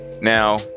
Now